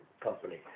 company